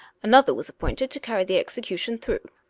another was appointed to carry the execution through.